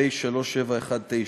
פ/3719/20,